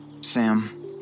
Sam